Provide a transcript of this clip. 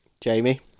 jamie